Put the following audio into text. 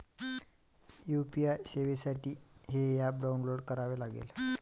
UPI सेवेसाठी हे app download करावे लागेल